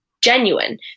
Genuine